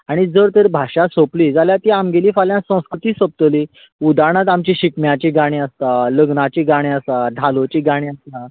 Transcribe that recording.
आनी जर तर भाशा सोंपली जाल्यार ती आमगेली फाल्यां संस्कृती सोंपतली उदारणांत आमची शिगम्याची गाणी आसता लग्नाची गाणी आसा धालोची गाणी आसा